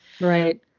right